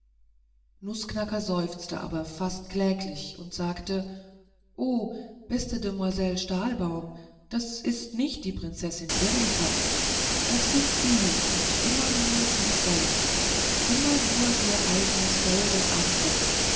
nußknacker seufzte aber fast kläglich und sagte o beste demoiselle stahlbaum das ist nicht die prinzessin pirlipat das sind sie und immer nur sie selbst immer nur ihr eignes holdes antlitz